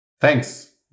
Thanks